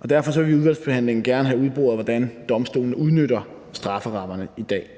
og derfor vil vi i udvalgsbehandlingen gerne have udboret, hvordan domstolene udnytter strafferammerne i dag.